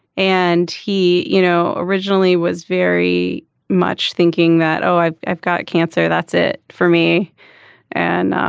and he you know originally was very much thinking that oh i've i've got cancer that's it for me and